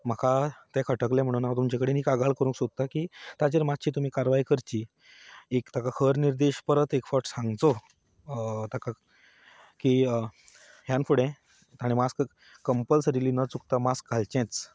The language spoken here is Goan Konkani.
म्हाका तें खटकलें म्हणून हांव तुमचे कडेन ही कागाळ करूंक सोदता की ताजेर मातशी तुमी कारवाय करची एक ताका खर निर्देश परत एक फावट सांगचो ताका की ह्यान फुडें ताणें मास्क कंपलसरिली न चुकता मास्क घालचेंच